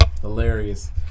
Hilarious